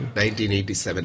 1987